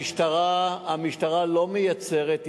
המשטרה לא מייצרת,